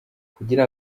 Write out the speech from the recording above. kugira